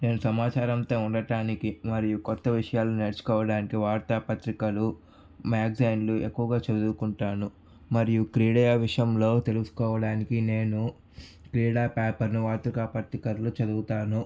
నేను సమాచారంతో ఉండడానికి మరియు కొత్త విషయాలు నేర్చుకోవడానికి వార్తా పత్రికలు మ్యాగజైన్లు ఎక్కువగా చదువుకుంటాను మరియు క్రీడా విషయంలో తెలుసుకోవడానికి నేను క్రీడా పేపర్ను వార్తా పత్రికల్లో చదువుతాను